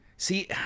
See